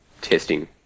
testing